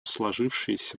сложившейся